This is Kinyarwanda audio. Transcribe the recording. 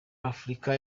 afurika